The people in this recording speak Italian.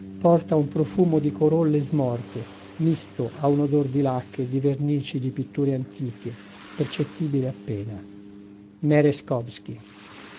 porta un profumo di corolle smorte misto a un odor di lacche e di vernici di pitture antiche percettibile appena